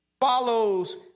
follows